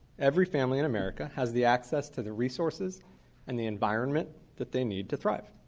every family in america has the access to the resources and the environment that they need to thrive.